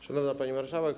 Szanowna Pani Marszałek!